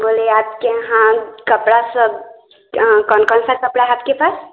बोले आपके यहाँ कपड़ा सब कौन कौन सा कपड़ा है आपके पास